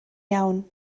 iawn